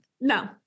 no